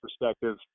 perspective